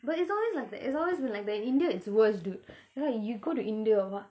but it's always like that it's always been like that in india it's worse dude like you go to india or what